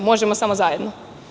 Možemo samo zajedno.